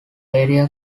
area